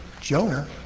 Jonah